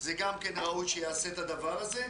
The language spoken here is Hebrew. זה גם ראוי שייעשה הדבר הזה.